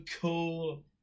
cool